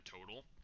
total